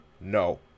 No